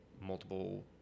multiple